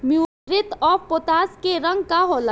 Muriate of potash के रंग का होला?